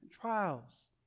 trials